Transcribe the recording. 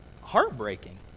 heartbreaking